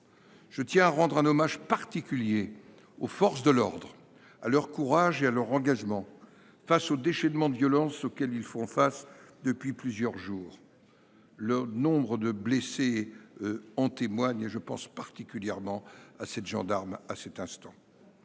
Je tiens à rendre un hommage particulier aux forces de l’ordre, à leur courage et à leur engagement face au déchaînement de violence auquel elles font face depuis plusieurs jours ; le nombre de blessés en témoigne. J’ai une pensée particulière pour le gendarme qui lutte